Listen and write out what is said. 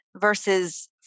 versus